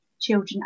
children